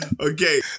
Okay